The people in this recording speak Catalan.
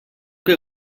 que